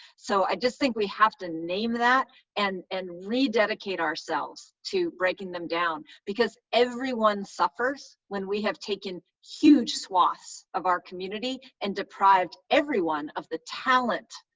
so, i just think we have to name that and and rededicate ourselves to breaking them down because everyone suffers when we have taken huge swaths of our community and deprived everyone of the talent,